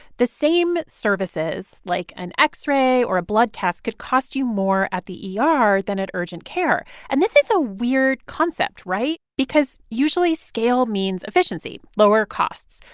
the same services, like an x-ray or a blood test, could cost you more at the yeah ah er than at urgent care. and this is a weird concept right? because, usually, scale means efficiency, lower costs.